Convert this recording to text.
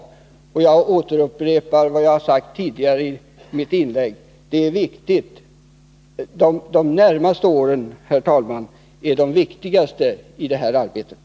Herr talman! Jag upprepar vad jag sagt tidigare i mitt inlägg: De närmaste åren är de viktigaste i det här arbetet.